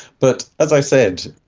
but as i said,